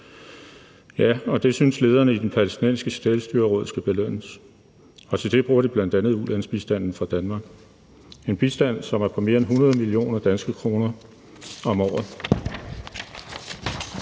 og det synes lederne i det palæstinensiske selvstyreråd skal belønnes, og til det bruger de bl.a. ulandsbistanden fra Danmark – en bistand, som er på mere end 100 millioner danske kroner om året.